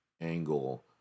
angle